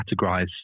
categorize